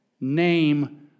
name